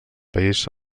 país